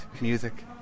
Music